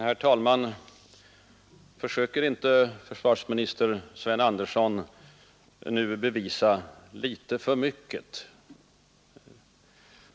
Herr talman! Försöker inte försvarsminister Sven Andersson nu bevisa litet för mycket?